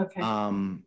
Okay